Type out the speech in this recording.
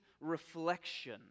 reflection